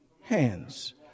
hands